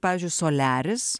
pavyzdžiui soliaris